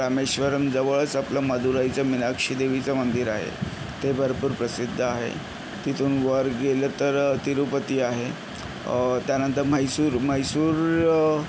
रामेश्वरमजवळच आपलं मदुराईचं मीनाक्षीदेवीचं मंदिर आहे ते भरपूर प्रसिद्ध आहे तिथून वर गेलं तर तिरुपती आहे त्यानंतर म्हैसूर म्हैसूर